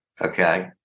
okay